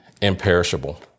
imperishable